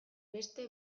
beste